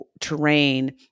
terrain